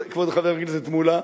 כבוד חבר הכנסת מולה,